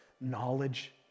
knowledge